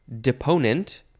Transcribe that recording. deponent